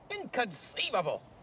Inconceivable